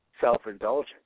self-indulgent